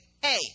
hey